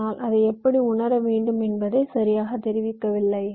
ஆனால் அதை எப்படி உணர வேண்டும் என்பதை சரியாக தெரிவிக்கவில்லை